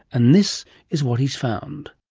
and this is what he's found.